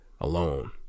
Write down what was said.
alone